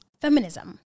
feminism